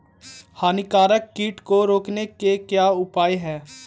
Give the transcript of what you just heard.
हानिकारक कीट को रोकने के क्या उपाय हैं?